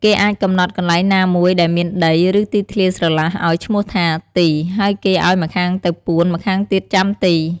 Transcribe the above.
គេអាចកំណត់កន្លែងណាមួយ ដែលមានដី ឬ ទីធ្លាស្រឡះ ឱ្យឈ្មោះថា "ទី" ហើយគេឱ្យម្ខាងទៅពួន ម្ខាងទៀតចាំទី។